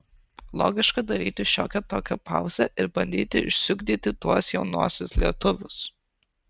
logiška daryti šiokią tokią pauzę ir bandyti išsiugdyti tuos jaunuosius lietuvius